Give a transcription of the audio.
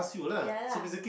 ya lah